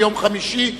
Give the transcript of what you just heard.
ביום חמישי,